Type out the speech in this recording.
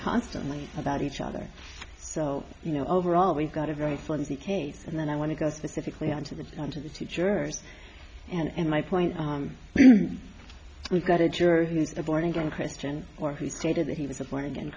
constantly about each other so you know overall we've got a very flimsy case and then i want to go specifically on to the on to the teacher's and my point we've got a juror who's a born again christian or he stated that he was a born again